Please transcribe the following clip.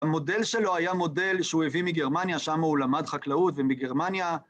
המודל שלו היה מודל שהוא הביא מגרמניה, שמה הוא למד חקלאות, ומגרמניה...